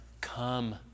come